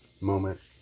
moment